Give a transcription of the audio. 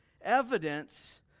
evidence